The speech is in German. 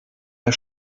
der